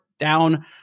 down